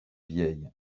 vieil